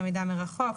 למידה מרחוק,